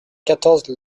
quatorze